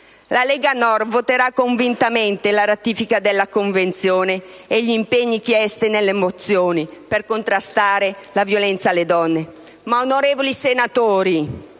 La Lega Nord voterà convintamente a favore della ratifica della Convenzione e degli impegni chiesti nelle mozioni per contrastare la violenza sulle donne.